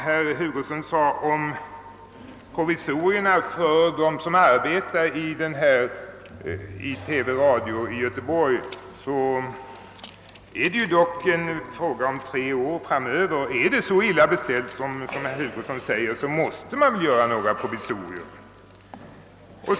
Herr Hugosson talade om provisorierna för dem som arbetar inom radio och TV i Göteborg. Detta är dock ett problem som kommer att finnas de närmaste tre åren. Är det så illa beställt som herr Hugosson gör gällande, måste man vidta vissa provisoriska åtgärder.